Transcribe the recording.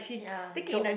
ya joke